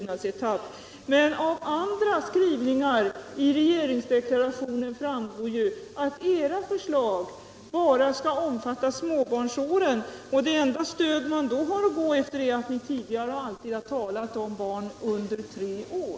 Av andra skrivningar i regeringsdeklarationen framgår att era förslag bara skulle omfatta småbarnsåren, och vad vi då har att gå efter är att ni tidigare alltid har talat om barn under tre år.